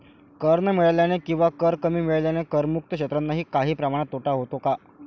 कर न मिळाल्याने किंवा कर कमी मिळाल्याने करमुक्त क्षेत्रांनाही काही प्रमाणात तोटा होतो का?